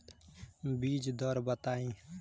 बीज दर बताई?